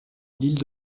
l’île